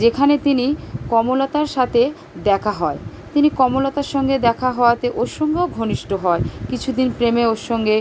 যেখানে তিনি কমলতার সাতে দেখা হয় তিনি কমলতার সঙ্গে দেখা হওয়াতে ওর সঙ্গেও ঘনিষ্ট হয় কিছু দিন প্রেমে ওর সঙ্গে